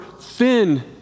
thin